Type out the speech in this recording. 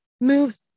move